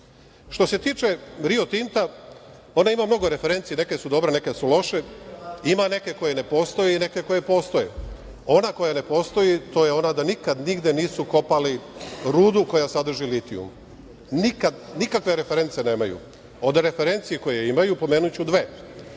se tiče Rio Tinta, ona ima mnogo referenci, neke su dobre, neke su loše, ima neke koje ne postoje i neke koje postoje. Ona koja ne postoji je ona da nikad nigde nisu kopali rudu koja sadrži litijum. Nikakve reference nemaju. Od referenci koje imaju pomenuću dve.